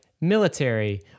military